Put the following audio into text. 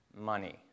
money